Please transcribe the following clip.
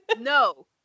no